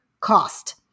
cost